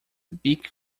beak